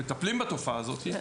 מטפלים בתופעה הזאת, אוקיי?